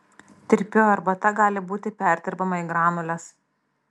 tirpioji arbata gali būti perdirbama į granules